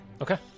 Okay